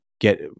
get